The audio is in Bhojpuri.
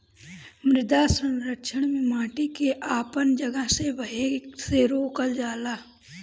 मृदा संरक्षण में माटी के अपन जगह से बहे से रोकल जाला